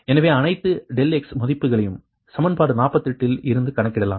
எனவே அனைத்து ∆x மதிப்பையும் சமன்பாடு 48 இல் இருந்து கணக்கிடலாம்